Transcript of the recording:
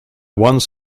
once